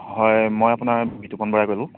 হয় মই আপোনাৰ বিতোপন বৰাই ক'লোঁ